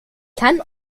kann